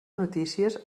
notícies